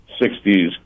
60s